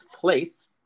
place